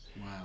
Wow